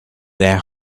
their